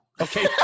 Okay